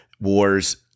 wars